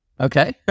Okay